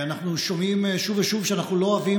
אנחנו שומעים שוב ושוב שאנחנו לא אוהבים